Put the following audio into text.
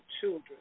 children